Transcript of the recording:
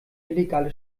illegale